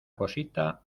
cosita